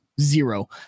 Zero